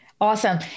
Awesome